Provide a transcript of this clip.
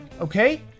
Okay